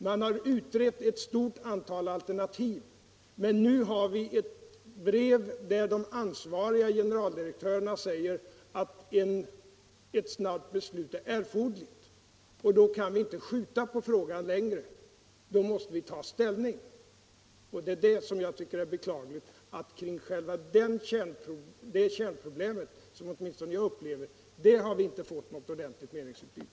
Man har utrett ett stort antal alternativ. Men nu har vi ett brev där de ansvariga generaldirektörerna säger att ett snabbt beslut är erforderligt. Då kan vi inte skjuta på frågan längre, då måste vi ta ställning. Jag tycker att det är beklagligt att vi inte fått något ordentligt meningsutbyte om detta, som åtminstone jag upplever som själva kärnproblemet.